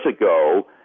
ago